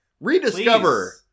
Rediscover